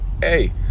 Hey